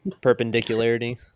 Perpendicularity